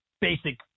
basic